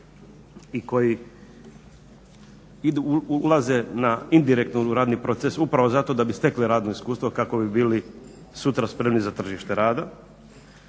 i koji idu, ulaze na indirektno u radni proces upravo zato da bi stekli radno iskustvo kako bi bili sutra spremni za tržište rada.